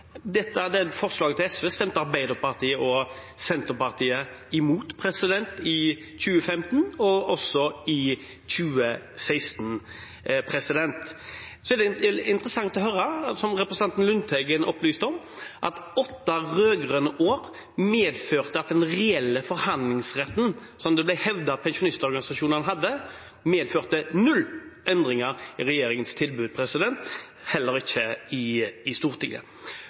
Dette forslaget fra SV stemte Arbeiderpartiet og Senterpartiet imot i 2015, og også i 2016. Det er interessant å høre det representanten Lundteigen opplyste om, at åtte rød-grønne år medførte at den reelle forhandlingsretten som det ble hevdet at pensjonistorganisasjonene hadde, medførte null endringer i regjeringens tilbud, og heller ingen endringer i Stortinget.